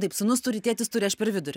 taip sūnus turi tėtis turi aš per vidurį